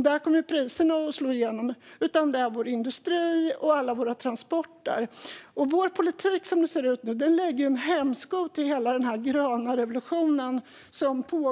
Där kommer priserna att slå igenom. Utan det här gäller industrin och alla transporter. Så som politiken ser ut lägger den en hämsko på hela den pågående gröna revolutionen.